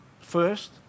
first